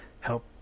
help